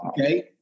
okay